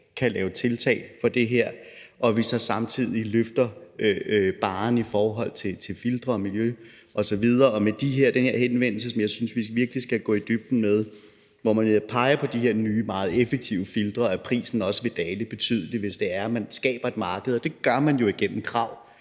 kan lave tiltag for det her, og at vi så samtidig løfter barren i forhold til filtre og miljø osv. Og den her henvendelse synes jeg vi virkelig skal gå i dybden med, hvor man netop peger på i forhold til de her nye meget effektive filtre, at prisen også vil dale betydeligt, hvis man skaber et marked, og det gør man jo igennem krav.